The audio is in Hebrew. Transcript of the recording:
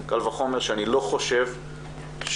קל וחומר שאני לא חושב שהציבור